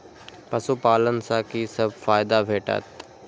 पशु पालन सँ कि सब फायदा भेटत?